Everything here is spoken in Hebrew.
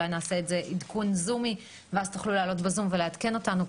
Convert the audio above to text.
אולי נעשה את זה בעדכון זומי ואז תוכלו להעלות בזום ולעדכן אותנו,